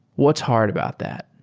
what's hard about that?